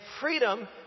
freedom